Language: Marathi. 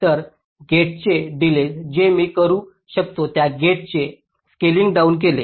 तर गेट्सचे डिलेज जे मी करू शकतो त्या गेट्सचे स्केलिंग डाउन केले